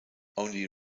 only